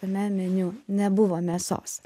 tame meniu nebuvo mėsos